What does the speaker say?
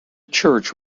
church